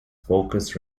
focus